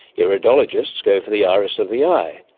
iridologists go for the iris of the eye,